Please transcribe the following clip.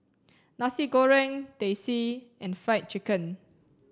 Nasi Goreng Teh C and fried chicken